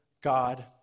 God